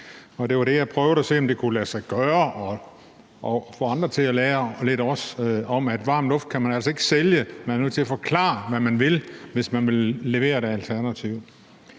det var det, jeg prøvede at se om kunne lade sig gøre – at få andre til at lære lidt om, at varm luft kan man altså ikke sælge. Man er nødt til at forklare, hvad man vil, hvis man vil levere et alternativ.